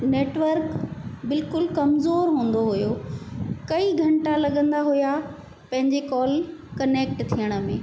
network बिल्कुलु कमज़ोर हूंदो हुयो कई घंटा लॻंदा हुया पंहिंजे कॉल कनैक्ट थिणय में